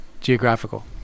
geographical